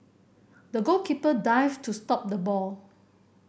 the goalkeeper dived to stop the ball